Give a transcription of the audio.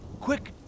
Quick